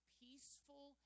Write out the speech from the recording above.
peaceful